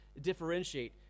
differentiate